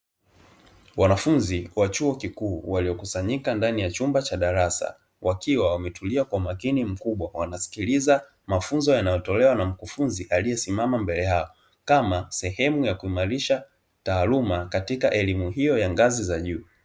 Wanafunzi wa chuo kikuu waliyokusanyika ndani ya chumba cha darasa, wakiwa wametulia kwa umakini mkubwa wanasikiliza mafunzo yanayotolewa na mkufunzi aliyesimama mbele yao, kama sehemu ya kuimarisha taaluma, katika elimu hiyo ya ngazi za juu.